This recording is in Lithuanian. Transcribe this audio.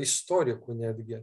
istorikų netgi